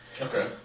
Okay